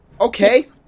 okay